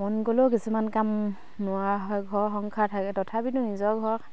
মন গ'লেও কিছুমান কাম নোৱৰা হয় ঘৰৰ সংসাৰ থাকে তথাপিতো নিজৰ ঘৰ